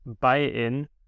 buy-in